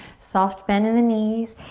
soft bend in the knees.